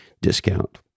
discount